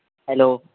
hello